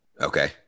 Okay